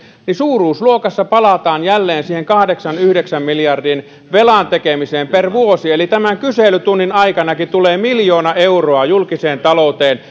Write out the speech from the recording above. suuruusluokassa palataan jälleen siihen kahdeksan viiva yhdeksän miljardin velan tekemiseen per vuosi eli tämän kyselytunninkin aikana tulee miljoona euroa julkiseen talouteen